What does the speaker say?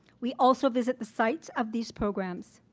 we also visit the site of these programs.